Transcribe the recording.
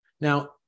Now